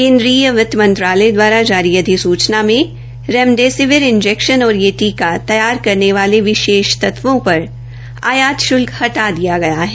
केन्द्रीय वित्त मंत्रालय दवारा जारी अधिसूचना में रेमडेसिविर इंजैक्शन और यह टीका तैयार करने वाले विशेष तत्वों पर आयात शुल्क हटा दिया गया है